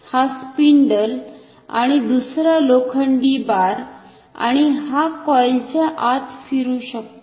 हा स्पिंडल आणि दुसरा लोखंडी बार आणि हा कॉईल च्या आत फिरू शकतो